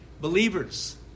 believers